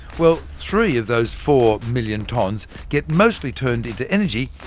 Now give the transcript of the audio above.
well, three of those four million tonnes get mostly turned into energy,